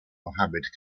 mohammad